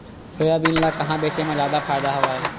Soybean ल कहां बेचे म जादा फ़ायदा हवय?